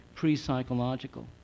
pre-psychological